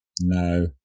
No